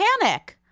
panic